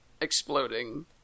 exploding